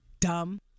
dumb